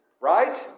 Right